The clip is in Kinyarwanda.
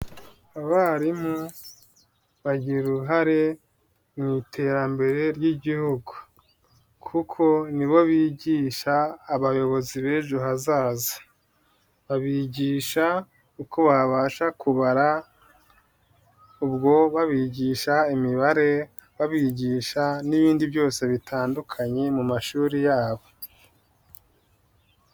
Abarimu bagira uruhare mu iterambere ry'igihugu kuko nibo bigisha abayobozi b'ejo hazaza, babigisha uko babasha kubara, ubwo babigisha imibare, babigisha n'ibindi byose bitandukanye mu mashuri yabo.